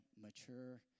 mature